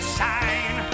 sign